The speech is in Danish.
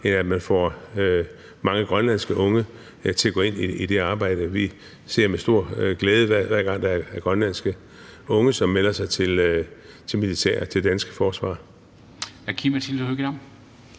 end at man får mange grønlandske unge til at gå ind i det arbejde. Vi ser på det med stor glæde, hver gang der er grønlandske unge, som melder sig til det danske forsvar.